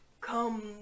Come